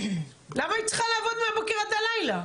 למה היא צריכה לעבוד מהבוקר עד הלילה?